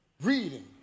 Reading